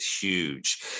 Huge